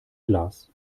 glas